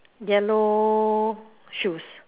yellow shoes